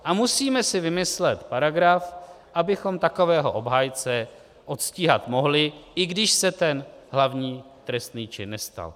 A musíme si vymyslet paragraf, abychom takového obhájce odstíhat mohli, i když se ten hlavní trestný čin nestal.